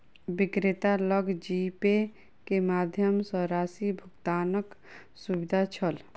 विक्रेता लग जीपे के माध्यम सॅ राशि भुगतानक सुविधा छल